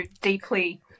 deeply